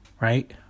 right